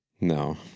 No